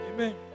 Amen